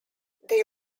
they